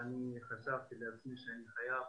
חשבתי לעצמי שאני חייב